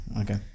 Okay